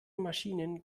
maschinen